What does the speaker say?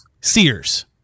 Sears